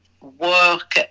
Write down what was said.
work